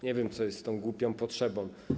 Nie wiem, co jest tą głupią potrzebą.